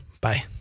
Bye